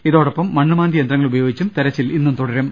ഇതോടൊപ്പം മണ്ണുമാന്തി യന്ത്രങ്ങൾ ഉപയോഗിച്ച് തെരച്ചിൽ ഇന്നും തുട രും